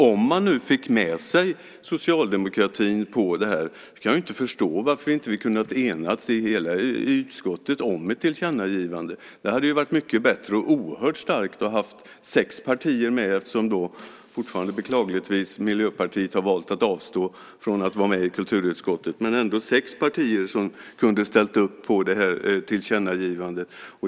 Om man nu fick med sig socialdemokratin på detta kan jag inte förstå varför inte hela utskottet kunde ha enats om ett tillkännagivande. Det hade ju varit mycket bättre och oerhört starkt att ha sex partier - fortfarande har ju Miljöpartiet beklagligtvis valt att avstå från att vara med i kulturutskottet - som ställde upp på detta tillkännagivande.